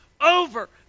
over